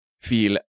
feel